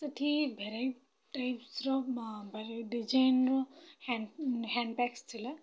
ସେଠି ଭେରାଇଟି ଟାଇପ୍ସର ମାନେ ଡିଜାଇନ୍ର ହ୍ୟାଣ୍ଡ ବ୍ୟାଗ୍ସ ଥିଲା